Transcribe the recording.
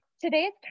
Today's